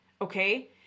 Okay